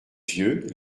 yeux